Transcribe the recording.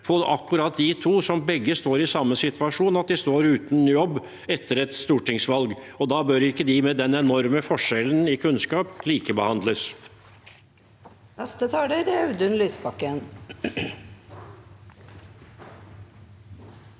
på akkurat disse to. Begge står i samme situasjon, de står uten jobb etter et stortingsvalg. De bør ikke, med den enorme forskjellen i kunnskap, likebehandles.